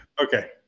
Okay